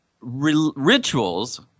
Rituals